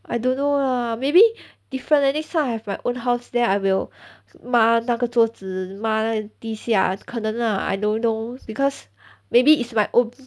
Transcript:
I don't know lah maybe different leh next time I have my own house then I will 抹那个桌子抹地下可能 lah I don't know because maybe is my own